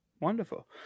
wonderful